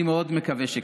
אני מאוד מקווה שכך.